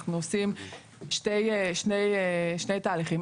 אנחנו עושים שני תהליכים,